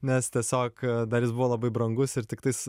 nes tiesiog dar jis buvo labai brangus ir tik tais